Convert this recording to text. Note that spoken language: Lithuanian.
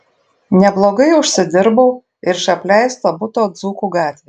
neblogai užsidirbau ir iš apleisto buto dzūkų gatvėje